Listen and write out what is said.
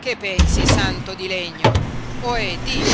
che pensi santo di legno ohè di